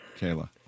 Kayla